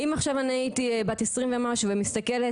אם אני הייתי בת 20 ומשהו והייתי מסתכלת